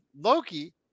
Loki